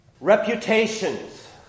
Reputations